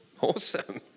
awesome